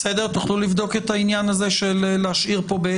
תוכלו לבדוק את העניין להשאיר פה את